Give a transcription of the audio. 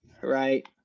right